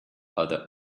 other